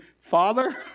father